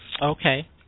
Okay